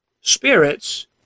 spirits